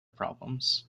problems